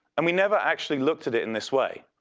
and we never actually looked at it in this way.